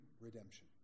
redemption